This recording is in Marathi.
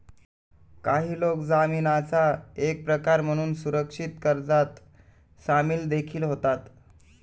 काही लोक जामीनाचा एक प्रकार म्हणून सुरक्षित कर्जात सामील देखील होतात